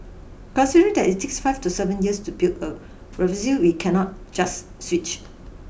considering that it takes five to seven years to build a we cannot just switch